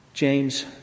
James